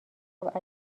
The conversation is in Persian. گفت